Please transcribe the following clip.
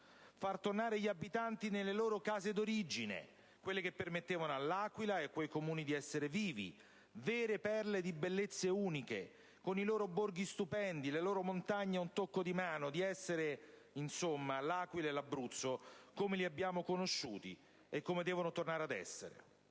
Far tornare gli abitanti nelle loro case di origine, quelle che permettevano all'Aquila e a quei Comuni di essere vivi, vere perle di bellezze uniche, con i loro borghi stupendi, le loro montagne a un tocco di mano: di essere, insomma, L'Aquila e l'Abruzzo, come li abbiamo conosciuti e come devono tornare ad essere.